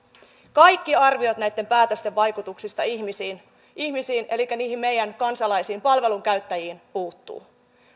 kaikki arviot näitten päätösten vaikutuksista ihmisiin ihmisiin elikkä niihin meidän kansalaisiin palvelunkäyttäjiin puuttuvat